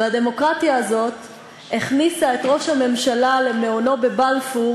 והדמוקרטיה הזאת הכניסה את ראש הממשלה למעונו בבלפור